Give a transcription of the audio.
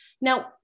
Now